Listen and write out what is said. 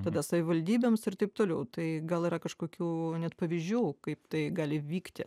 tada savivaldybėms ir taip toliau tai gal yra kažkokių net pavyzdžių kaip tai gali vykti